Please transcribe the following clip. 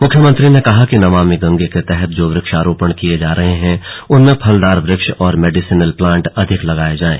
मुख्यमंत्री ने कहा कि नमामि गंगे के तहत जो वृक्षारोपण किये जा रहे हैं उनमें फलदार वृक्ष और मेडिसनल प्लांट अधिक लगाये जाएं